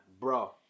Bro